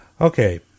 Okay